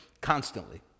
constantly